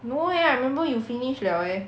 no leh I remember you finish liao leh